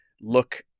look